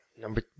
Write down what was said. Number